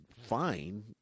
fine